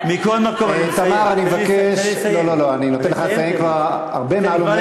זה קרה בממשלה שלך, זה קרה בקדנציה